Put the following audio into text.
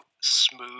smooth